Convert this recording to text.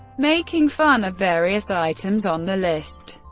making fun of various items on the list.